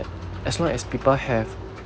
as long as people have